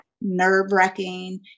nerve-wracking